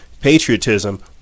patriotism